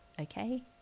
okay